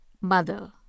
Mother